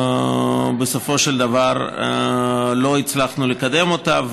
בסופו של דבר לא הצלחנו לקדם אותה,